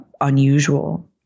unusual